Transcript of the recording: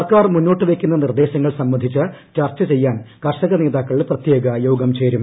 സർക്കാർ മുന്നോട്ട് വയ്ക്കുന്ന നിർദ്ദേശങ്ങൾ സംബന്ധിച്ച് ചർച്ച ചെയ്യാൻ കർഷക നേതാക്കൾ പ്രത്യേക യോഗം ചേരും